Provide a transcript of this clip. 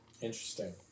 Interesting